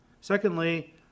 secondly